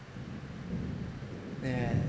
yes